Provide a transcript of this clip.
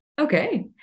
okay